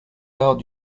arts